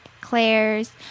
Claire's